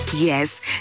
Yes